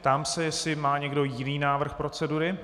Ptám se, jestli má někdo jiný návrh procedury.